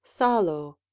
thalo